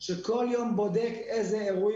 שכל יום בודק איזה אירועים,